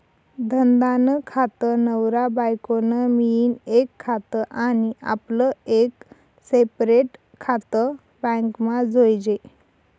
धंदा नं खातं, नवरा बायको नं मियीन एक खातं आनी आपलं एक सेपरेट खातं बॅकमा जोयजे